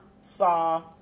saw